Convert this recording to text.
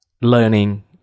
learning